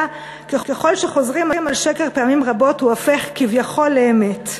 ככל שחוזרים על שקר פעמים רבות הוא הופך כביכול לאמת.